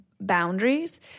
boundaries